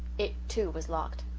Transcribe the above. it, too, was locked.